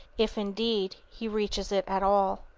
if, indeed, he reaches it at all.